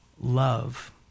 love